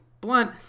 blunt